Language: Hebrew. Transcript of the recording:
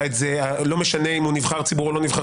לא משנה אם הוא נבחר ציבור או לא,